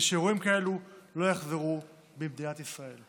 שאירועים כאלה לא יחזרו במדינת ישראל.